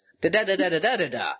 da-da-da-da-da-da-da